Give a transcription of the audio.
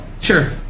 Sure